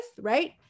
right